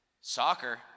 Soccer